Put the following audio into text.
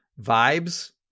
vibes